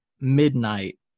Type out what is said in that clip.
midnight